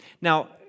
Now